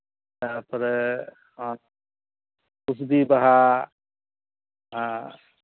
ᱛᱟᱨᱯᱚᱨᱮ ᱠᱩᱥᱵᱤ ᱵᱟᱦᱟ ᱮᱸᱜ